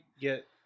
get